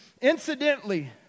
Incidentally